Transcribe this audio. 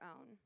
own